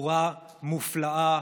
חבורה מופלאה,